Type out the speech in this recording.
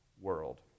world